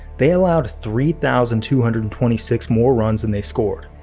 they allowed three thousand two hundred and twenty six more runs than they scored.